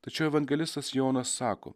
tačiau evangelistas jonas sako